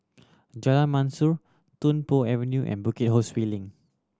Jalan Mashor Tung Po Avenue and Bukit Ho Swee Link